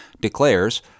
declares